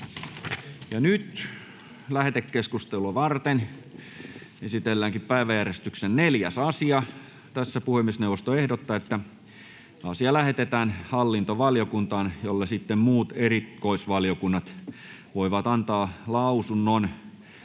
=== Lähetekeskustelua varten esitellään päiväjärjestyksen 4. asia. Puhemiesneuvosto ehdottaa, että asia lähetetään hallintovaliokuntaan, jolle muut erikoisvaliokunnat voivat antaa lausunnon